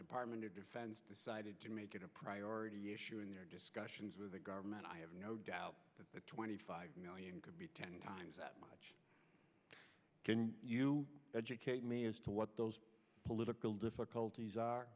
department of defense decided to make it a priority issue in their discussions with the government i have no doubt that the twenty five could be ten times that much can you educate me as to what those political difficulties are